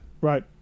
right